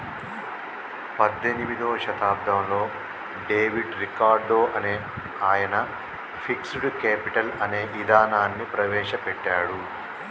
పద్దెనిమిదో శతాబ్దంలో David Ricardo అనే ఆయన ఫిక్స్డ్ కేపిటల్ అనే ఇదానాన్ని ప్రవేశ పెట్టాడు